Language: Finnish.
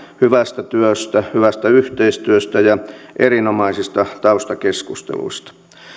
hyvästä työstä hyvästä yhteistyöstä ja erinomaisista taustakeskusteluista